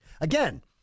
Again